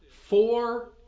four